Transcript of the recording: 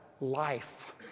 life